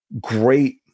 great